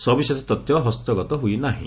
ସବିଶେଷ ତଥ୍ୟ ହସ୍ତଗତ ହୋଇନାହିଁ